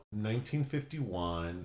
1951